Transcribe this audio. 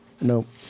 Nope